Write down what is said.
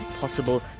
possible